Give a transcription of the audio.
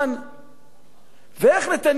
ואיך נתניהו ישיג את הזמן?